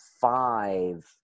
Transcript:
five